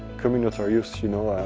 communitarious, you know,